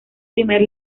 primer